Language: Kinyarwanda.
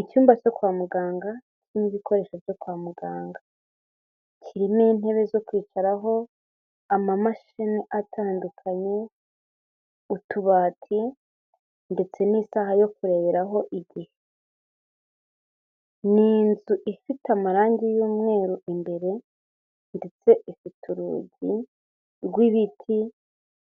Icyumba cyo kwa muganga kirimo igikoresho cyo kwa muganga, kirimo intebe zo kwicaraho, amamashini atandukanye, utubati ndetse n'isaha yo kureberaho igihe. Ni inzu ifite amarangi y'umweru imbere ndetse ifite urugi rw'ibiti